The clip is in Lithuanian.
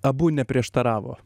abu neprieštaravo